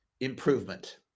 improvement